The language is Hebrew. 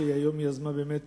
שיזמה באמת